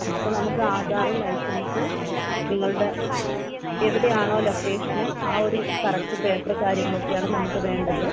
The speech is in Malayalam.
അ അപ്പോൾ നമുക്ക് ആധാറ് ലൈസൻസ് നിങ്ങളുടെ എവിടെയാണോ ലൊക്കേഷന് ആ ഒരു കറക്റ്റ് പേപ്പർ കാര്യങ്ങളൊക്കെയാണ് നമുക്ക് വേണ്ടത്